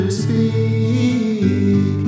speak